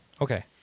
okay